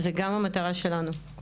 זה גם המטרה שלנו.